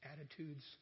attitudes